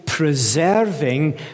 Preserving